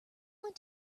want